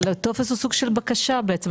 אבל הטופס הוא סוג של בקשה בעצם,